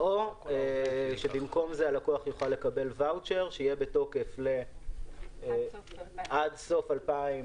או במקום זה הלקוח יוכל לקבל ואוצ'ר שיהיה בתוקף עד סוף 2020,